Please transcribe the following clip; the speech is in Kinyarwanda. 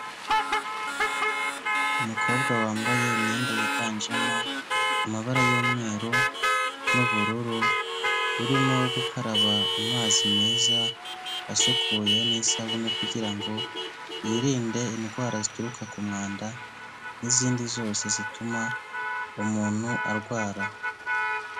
Umukobwa wambaye imyenda yiganjemo amabara y'umweru n'ubururu, urimo gukaraba amazi meza asukuye n'isabune kugira ngo yirinde indwara zituruka ku mwanda n'izindi zose zituma umuntu arwara.